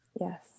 Yes